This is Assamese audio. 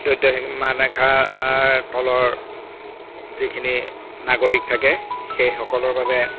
দৰিদ্ৰ সীমা ৰেখা আৰ তলৰ যিখিনি নাগৰিক থাকে সেইসকলৰ বাবে